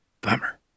Bummer